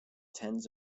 tens